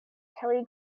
kelly